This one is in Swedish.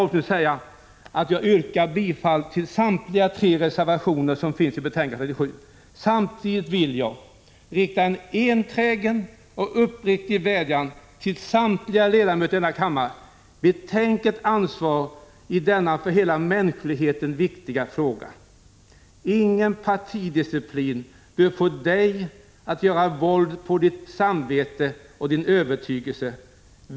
Avslutningsvis yrkar jag bifall till samtliga tre reservationer som finns i betänkande 37. Samtidigt vill jag rikta en enträgen och uppriktig vädjan till samtliga ledamöter i denna kammare: Betänk ert ansvar i denna för hela mänskligheten viktiga fråga! Ingen partidisciplin bör få er att göra våld på era samveten och övertygelser.